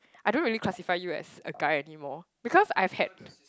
I don't really classify you as a guy anymore because I've had